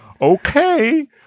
okay